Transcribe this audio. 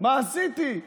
מה עשיתי?